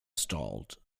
stalled